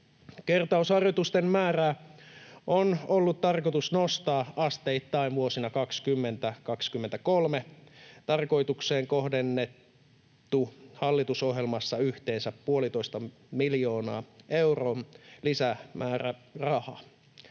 Kertausharjoitusten määrää on ollut tarkoitus nostaa asteittain vuosina 20—23. Tarkoitukseen on kohdennettu hallitusohjelmassa yhteensä puolentoista miljoonan euron lisämääräraha.